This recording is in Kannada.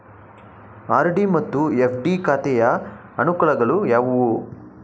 ಆರ್.ಡಿ ಮತ್ತು ಎಫ್.ಡಿ ಖಾತೆಯ ಅನುಕೂಲಗಳು ಯಾವುವು?